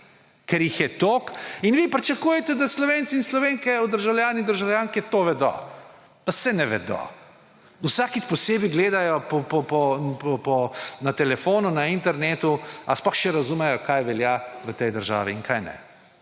ker jih je toliko. In vi pričakujete, da Slovenci in Slovenki, državljani in državljanke to vedo. Saj ne vedo. Vsakič posebej gledajo na telefonu na internetu ali sploh še razumejo, kaj velja v tej državi in kaj ne.